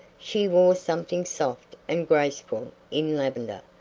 she wore something soft and graceful in lavender,